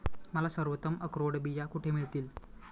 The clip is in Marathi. मला सर्वोत्तम अक्रोड बिया कुठे मिळतील